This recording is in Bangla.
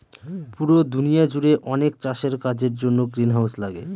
পুরো দুনিয়া জুড়ে অনেক চাষের কাজের জন্য গ্রিনহাউস লাগে